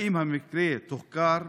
האם המקרה תוחקר?